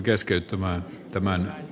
arvoisa puhemies